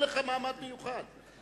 אין לך מעמד מיוחד,